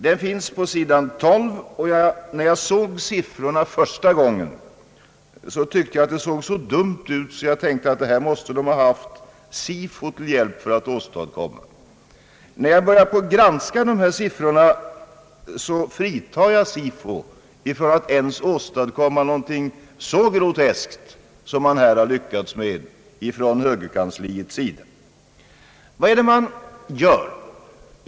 Den finns på sidan 12, och när jag såg siffrorna första gången tyckte jag det hela såg så dumt ut att jag tänkte att man måste ha fått Sifo:s hjälp att åstadkomma det. Sedan jag granskat siffrorna fritar jag Sifo från att ha åstadkommit något så groteskt som högerpartiets kansli har lyckats med. Vad är det man gör?